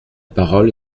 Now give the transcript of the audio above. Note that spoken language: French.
parole